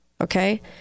Okay